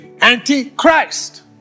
anti-Christ